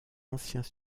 anciens